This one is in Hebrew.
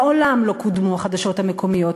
מעולם לא קודמו החדשות המקומיות,